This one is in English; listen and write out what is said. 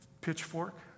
pitchfork